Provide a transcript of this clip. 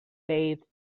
bathed